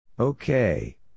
Okay